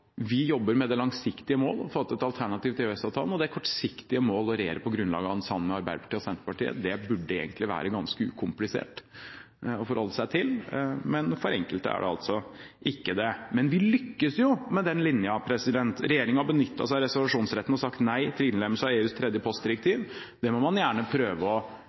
Vi jobber med det langsiktige mål å få et alternativ til EØS-avtalen, og det kortsiktige mål å regjere på grunnlag av den, sammen med Arbeiderpartiet og Senterpartiet. Det burde det egentlig være ganske ukomplisert å forholde seg til, men for enkelte er det altså ikke det. Men vi lykkes jo med den linjen. Regjeringen har benyttet seg av reservasjonsretten, og sagt nei til innlemmelse av EUs tredje postdirektiv. Det må man gjerne prøve å